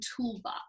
toolbox